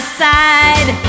side